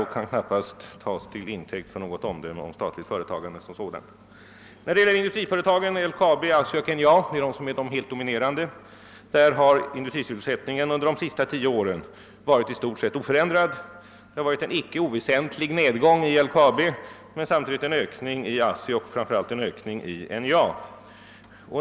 Det kan knappast tas som intäkt för något omdöme om statligt företagande som sådant. Beträffande industriföretagen — LK AB, ASSI och NJA som är de helt dominerande — har sysselsättningen under de senaste tio åren varit i stort sett oförändrad. Visserligen har det förekommit en icke oväsentlig nedgång vid LKAB, men samtidigt har det skett en ökning i ASSI och, framför allt, NJA.